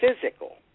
physical